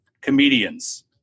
comedians